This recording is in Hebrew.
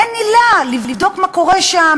לבדוק מה קורה שם,